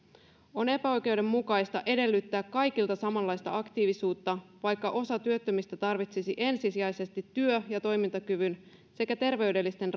on epäoikeudenmukaista edellyttää kaikilta samanlaista aktiivisuutta vaikka osa työttömistä tarvitsisi ensisijaisesti työ ja toimintakyvyn sekä terveydellisten